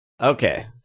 Okay